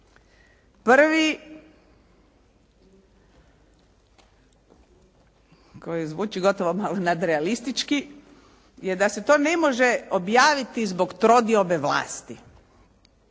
Prvi koji zvuči gotovo malo nadrealistički je da se to ne može objaviti zbog trodiobe vlasti.